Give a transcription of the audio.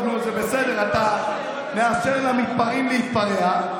טוב, נו, זה בסדר, אתה מאפשר למתפרעים להתפרע.